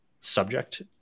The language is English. subject